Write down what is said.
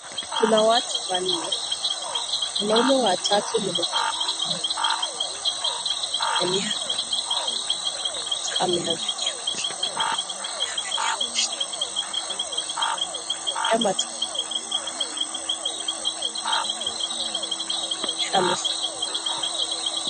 Kuna watu wa nne, wanaume watatu na mwanamke